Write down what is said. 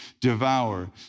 devour